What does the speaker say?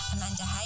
Amanda